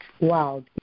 Wow